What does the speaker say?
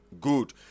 Good